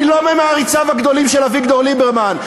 אני לא ממעריציו הגדולים של אביגדור ליברמן,